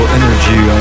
energy